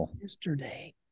yesterday